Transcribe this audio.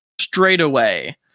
straightaway